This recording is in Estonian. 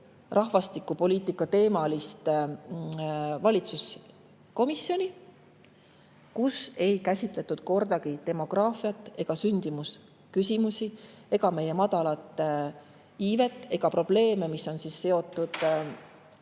rahvastikupoliitika teemalist valitsuskomisjoni [istungit], kus ei käsitletud kordagi demograafiat, sündimusküsimusi, meie madalat iivet ega probleeme, mis on seotud